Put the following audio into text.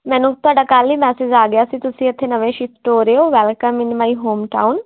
ਮੈਨੂੰ ਤੁਹਾਡਾ ਕੱਲ ਹੀ ਮੈਸੇਜ ਆ ਗਿਆ ਸੀ ਤੁਸੀਂ ਇਥੇ ਨਵੇਂ ਸ਼ਿਫਟ ਹੋ ਰਹੇ ਹੋ welcome in my home town